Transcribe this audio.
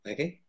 Okay